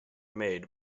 made